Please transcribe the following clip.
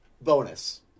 bonus